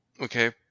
Okay